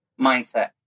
mindset